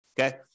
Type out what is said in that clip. Okay